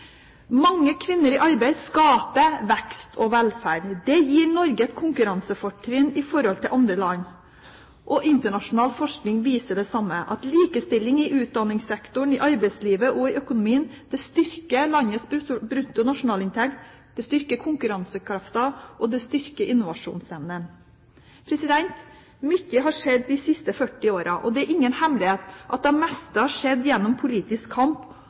Mange kvinner i arbeid skaper vekst og velferd. Det gir Norge et konkurransefortrinn i forhold til andre land. Internasjonal forskning viser det samme: Likestilling i utdanningssektoren, i arbeidslivet og i økonomien styrker landets bruttonasjonalinntekt, det styrker konkurransekraften, og det styrker innovasjonsevnen. Mye har skjedd de siste 40 årene, og det er ingen hemmelighet at det meste har skjedd gjennom politisk kamp